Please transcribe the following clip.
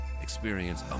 Experience